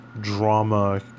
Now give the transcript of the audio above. drama